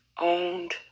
owned